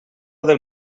del